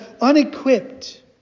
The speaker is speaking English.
unequipped